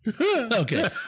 Okay